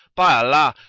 by allah,